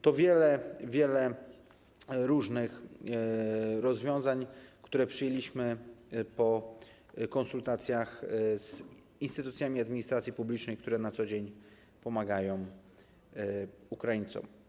To wiele, wiele różnych rozwiązań, które przyjęliśmy po konsultacjach z instytucjami administracji publicznej, które na co dzień pomagają Ukraińcom.